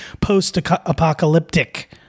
post-apocalyptic